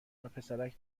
وپسرک